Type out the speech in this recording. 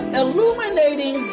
illuminating